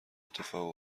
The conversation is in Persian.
اتفاق